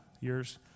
years